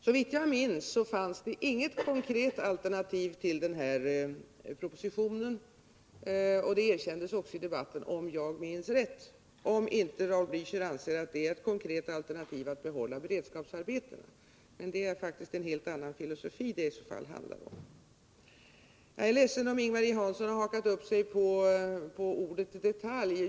Såvitt jag minns fanns det inget konkret alternativ till den här propositionen, och det erkändes väl också i debatten — om nu inte Raul Blächer anser att det är ett konkret alternativ att behålla beredskapsarbetena. Men det är faktiskt en helt annan filosofi det i så fall handlar om. Jag är ledsen om Ing-Marie Hansson har hakat upp sig på ordet detalj.